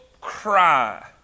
cry